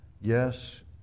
Yes